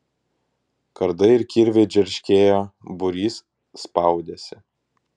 kardai ir kirviai džerškėjo būrys spaudėsi